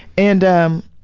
and, um,